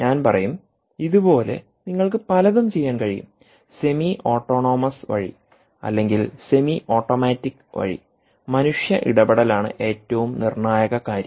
ഞാൻ പറയും ഇത് പോലെ നിങ്ങൾക്ക് പലതും ചെയ്യാൻ കഴിയുംസെമി ഓട്ടോണമസ് വഴി അല്ലെങ്കിൽ സെമി ഓട്ടോമാറ്റിക് വഴി മനുഷ്യ ഇടപെടൽ ആണ് ഏറ്റവും നിർണായക കാര്യം